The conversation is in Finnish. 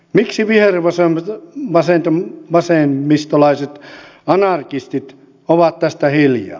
miksi vihervasemmistolaiset anarkistit ovat tästä hiljaa